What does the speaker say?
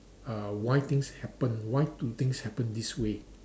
uh why things happen why do things happen this way